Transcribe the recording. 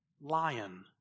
lion